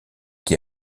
qui